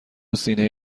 سینه